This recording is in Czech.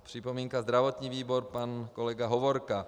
Připomínka zdravotního výboru pan kolega Hovorka.